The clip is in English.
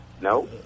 No